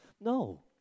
No